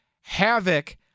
havoc